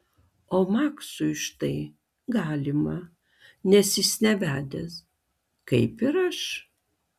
o maksui štai galima nes jis nevedęs kaip ir aš